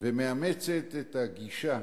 ומאמצת את הגישה